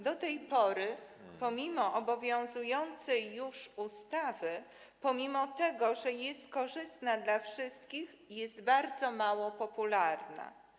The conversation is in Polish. Do tej pory obowiązująca już ustawa, pomimo że jest korzystna dla wszystkich, jest bardzo mało popularna.